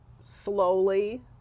slowly